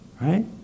Right